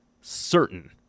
certain